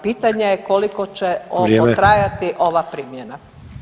Pitanje je koliko će ovo trajati [[Upadica: Vrijeme.]] ova primjena.